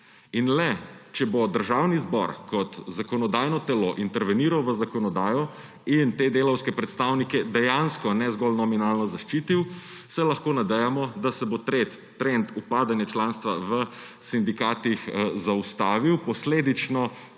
In le če bo Državni zbor kot zakonodajno telo interveniral v zakonodajo in te delavske predstavnike dejansko, ne zgolj nominalno, zaščitil, se lahko nadejamo, da se bo trend upadanja članstva v sindikatih zaustavil, posledično